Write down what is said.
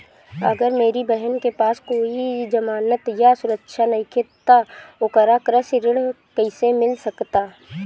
अगर मेरी बहन के पास कोई जमानत या सुरक्षा नईखे त ओकरा कृषि ऋण कईसे मिल सकता?